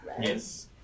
Yes